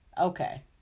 Okay